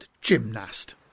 gymnast